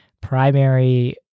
primary